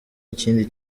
ikindi